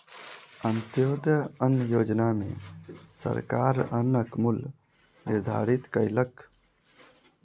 अन्त्योदय अन्न योजना में सरकार अन्नक मूल्य निर्धारित कयलक